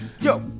Yo